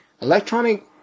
Electronic